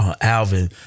Alvin